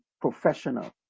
professional